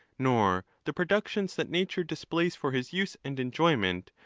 nor the pro ductions that nature displays for his use and enjoyment,